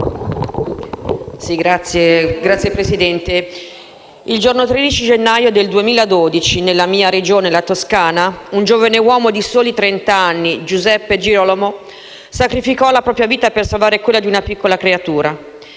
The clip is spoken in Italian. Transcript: Signora Presidente, il giorno 13 gennaio del 2012, nella mia Regione, la Toscana, un giovane uomo di soli trent'anni, Giuseppe Girolamo, sacrificò la propria vita per salvare quella di una piccola creatura.